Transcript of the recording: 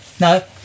No